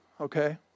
okay